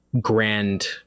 grand